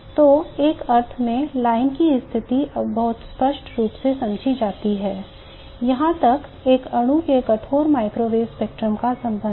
तो एक अर्थ में लाइन की स्थिति अब बहुत स्पष्ट रूप से समझी जाती है जहां तक एक अणु के कठोर माइक्रोवेव स्पेक्ट्रम का संबंध है